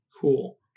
Cool